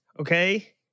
okay